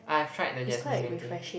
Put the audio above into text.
I've tried the jasmine green tea